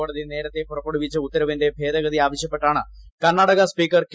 കോടതി നേരത്തെ പുറപ്പെടുവിച്ച ഉത്തരവിന്റെ ഭേദഗതി ആവശ്യപ്പെട്ടാണ് കർണാടക സ്പീക്കർ കെ